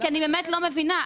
אני באמת לא מבינה,